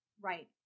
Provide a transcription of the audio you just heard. Right